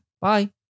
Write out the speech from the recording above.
Bye